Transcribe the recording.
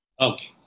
okay